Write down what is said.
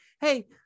hey